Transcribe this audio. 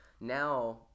now